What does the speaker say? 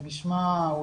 זה נשמע אולי